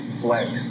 Flex